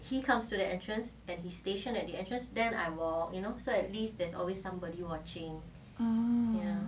hmm